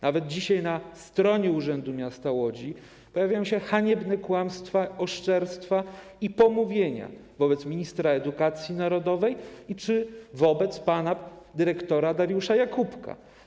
Nawet dzisiaj na stronie Urzędu Miasta Łodzi pojawiają się haniebne kłamstwa, oszczerstwa i pomówienia wobec ministra edukacji narodowej czy wobec pana dyrektora Dariusza Jakóbka.